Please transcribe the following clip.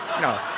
no